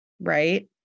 right